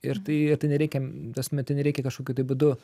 ir tai ir tai nereikia ta prasme tai nereikia kažkokiu tai būdu